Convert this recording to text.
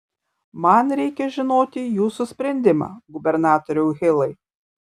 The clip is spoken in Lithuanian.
man reikia žinoti jūsų sprendimą gubernatoriau hilai